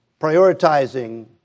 Prioritizing